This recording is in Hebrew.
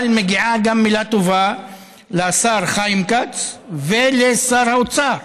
אבל מגיעה מילה טובה גם לשר חיים כץ ולשר האוצר.